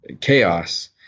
chaos